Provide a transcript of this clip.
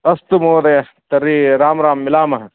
अस्तु महोदय तर्हि राम राम मिलामः